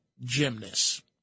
gymnast